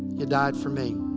you died for me.